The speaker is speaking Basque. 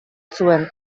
zuen